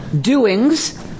doings